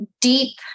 deep